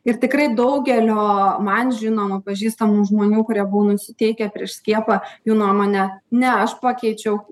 ir tikrai daugelio man žinomų pažįstamų žmonių kurie buvo nusiteikę prieš skiepą jų nuomonę ne aš pakeičiau